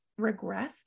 regressed